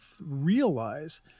realize